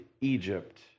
Egypt